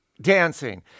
dancing